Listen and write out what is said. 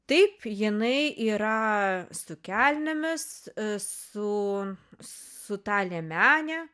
taip jinai yra su kelnėmis su su ta liemene